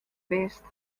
bist